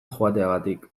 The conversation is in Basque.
joateagatik